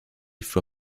for